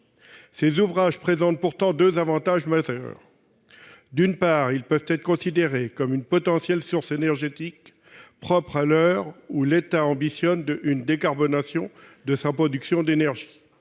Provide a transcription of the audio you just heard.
Ces ouvrages présentent pourtant deux avantages majeurs. D'une part, ils peuvent être considérés comme une potentielle source énergétique propre, à l'heure où l'État a pour ambition une décarbonation de sa production d'énergie.